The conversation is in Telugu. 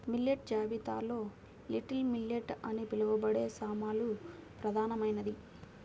మిల్లెట్ జాబితాలో లిటిల్ మిల్లెట్ అని పిలవబడే సామలు ప్రధానమైనది